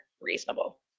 reasonable